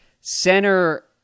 center